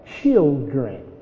children